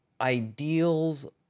ideals